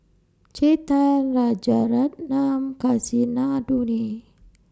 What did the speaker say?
Chetan Rajaratnam Kasinadhuni